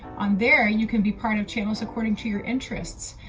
on there, you can be part of channels according to your interests.